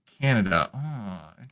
Canada